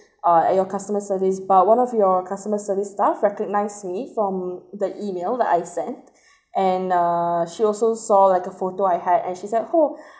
uh at your customer service but one of your customer service staff recognised me from the email that I sent and uh she also saw like a photo I had and she's like oh